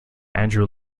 andrew